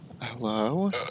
Hello